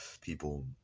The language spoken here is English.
people